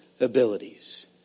abilities